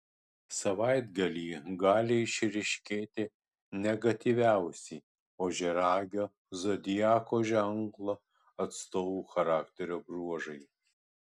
savaitgalį gali išryškėti negatyviausi ožiaragio zodiako ženklo atstovų charakterio bruožai